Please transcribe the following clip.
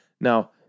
Now